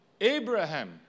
Abraham